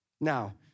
Now